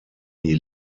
die